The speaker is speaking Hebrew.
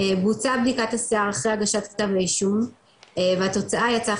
בוצעה בדיקת השיער אחרי הגשת כתב האישום והתוצאה יצאה